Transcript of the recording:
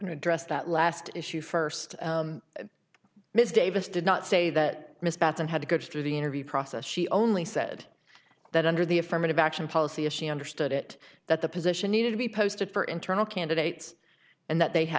address that last issue first ms davis did not say that miss bateson had to go through the interview process she only said that under the affirmative action policy as she understood it that the position needed to be posted for internal candidates and that they